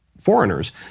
foreigners